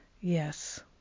Yes